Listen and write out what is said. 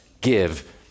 Give